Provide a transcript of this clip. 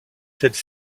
celles